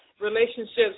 relationships